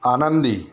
आनंदी